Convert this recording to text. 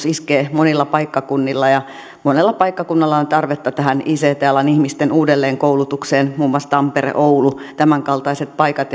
iskee monilla paikkakunnilla ja monella paikkakunnalla on tarvetta tähän ict alan ihmisten uudelleenkoulutukseen muun muassa tampere oulu tämänkaltaiset paikat